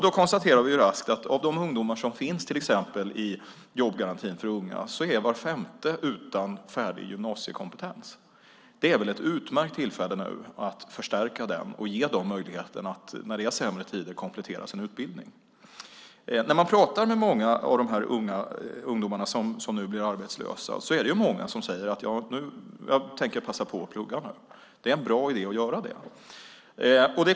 Vi konstaterar raskt att av till exempel de ungdomar som finns i jobbgarantin för unga är var femte utan färdig gymnasiekompetens. Det är väl ett utmärkt tillfälle att förstärka den och ge dem möjligheter när det nu är sämre tider att komplettera sin utbildning. När man pratar med många av de ungdomar som nu blir arbetslösa säger de: Jag tänker passa på att plugga nu. Det är en bra idé att göra det.